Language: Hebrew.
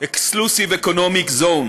Exclusive Economic Zone,